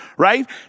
right